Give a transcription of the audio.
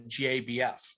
GABF